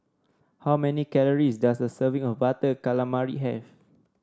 how many calories does a serving of Butter Calamari have